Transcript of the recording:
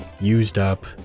used-up